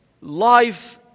life